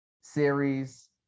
series